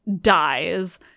dies